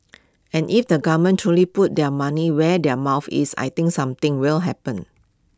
and if the government truly puts their money where their mouth is I think something will happen